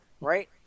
Right